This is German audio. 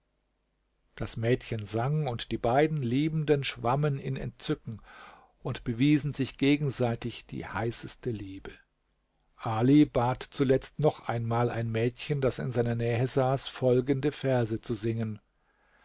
das mädchen sang und die beiden liebenden schwammen in entzücken und bewiesen sich gegenseitig die heißeste liebe ali bat zuletzt noch einmal ein mädchen das in seiner nähe saß folgende verse zu singen